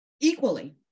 equally